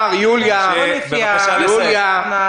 משה, בבקשה לסיים.